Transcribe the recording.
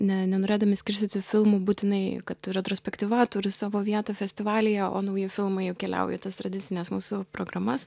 ne nenorėdami skirstyti filmų būtinai kad retrospektyva turi savo vietą festivalyje o nauji filmai jau keliauja į tas tradicines mūsų programas